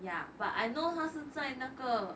ya but I know 他是在那个